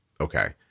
Okay